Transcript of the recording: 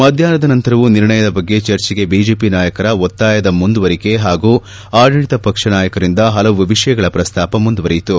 ಮಧ್ಯಾಹ್ಯದ ನಂತರವೂ ನಿರ್ಣಯದ ಬಗ್ಗೆ ಚರ್ಚೆಗೆ ಬಿಜೆಪಿ ನಾಯಕರ ಒತ್ತಾಯದ ಮುಂದುವರಿಕೆ ಹಾಗೂ ಆಡಳಿತ ಪಕ್ಷ ನಾಯಕರಿಂದ ಹಲವು ವಿಷಯಗಳ ಪ್ರಸ್ತಾಪ ಮುಂದುವರೆಯಿತು